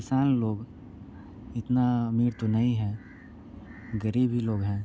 किसान लोग इतना अमीर तो नहीं हैं गरीब ही लोग हैं